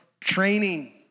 training